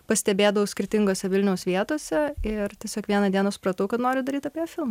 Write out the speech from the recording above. pastebėdavau skirtingose vilniaus vietose ir tiesiog vieną dieną supratau kad noriu daryti apie ją filmą